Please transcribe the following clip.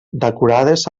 decorades